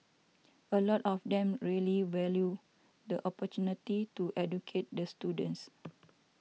a lot of them really value the opportunity to educate the students